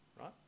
right